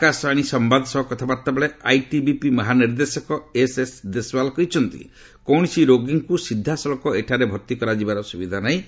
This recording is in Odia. ଆକାଶବାଣୀ ସମ୍ଭାଦ ସହ କଥାବାର୍ତ୍ତାବେଳେ ଆଇଟିବିପି ମହାନିର୍ଦ୍ଦେଶକ ଏସ୍ଏସ୍ ଦେଶୱାଲ୍ କହିଛନ୍ତି କୌଣସି ରୋଗୀଙ୍କ ସିଧାସଳଖ ଏଠାରେ ଭର୍ତ୍ତି କରାଯିବାର ସୁବିଧା ନାହିଁ